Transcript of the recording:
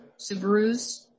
Subarus